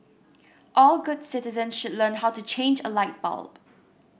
all good citizens should learn how to change a light bulb